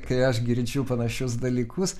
kai aš girdžiu panašius dalykus